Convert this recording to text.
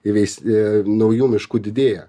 įveis naujų miškų didėja